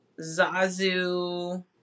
Zazu